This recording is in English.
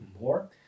more